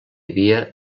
havia